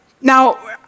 Now